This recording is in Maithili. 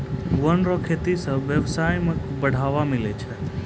वन रो खेती से व्यबसाय में बढ़ावा मिलै छै